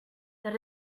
that